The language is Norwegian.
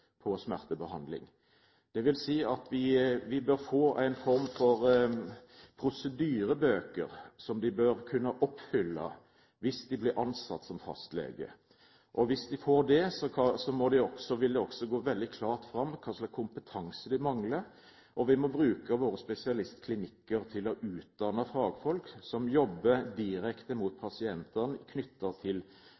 smertebehandling. Det vil si at vi bør få en form for prosedyrebøker som de bør kunne oppfylle hvis de blir ansatt som fastleger, og hvis de får det, vil det også gå veldig klart fram hva slags kompetanse de mangler. Vi må bruke våre spesialistklinikker til å utdanne fagfolk som jobber direkte mot